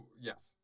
Yes